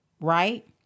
right